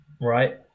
right